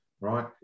right